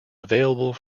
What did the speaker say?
available